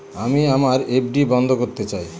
আমি আমার এফ.ডি বন্ধ করতে চাই